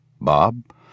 Bob